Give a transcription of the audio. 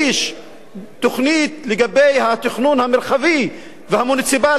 תוכנית לגבי התכנון המרחבי והמוניציפלי.